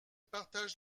partage